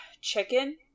chicken